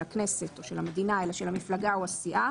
הכנסת או של המדינה אלא של המפלגה או הסיעה.